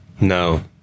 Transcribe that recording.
no